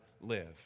live